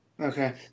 Okay